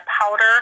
powder